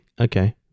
Okay